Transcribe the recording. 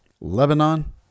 Lebanon